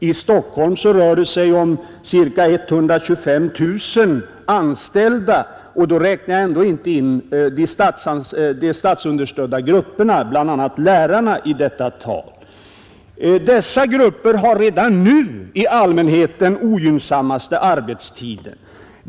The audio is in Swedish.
I Stockholm rör det sig om ca 125 000 anställda, och då räknar jag ändå inte in de statsunderstödda grupperna, bl.a. lärarna, i detta tal. Dessa grupper har redan nu i allmänhet den ogynnsammaste arbetstiden.